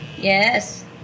Yes